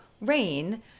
rain